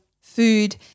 food